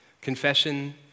confession